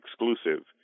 exclusive